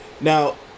Now